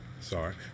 Sorry